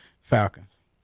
Falcons